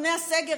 לפני הסגר,